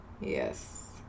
yes